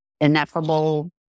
ineffable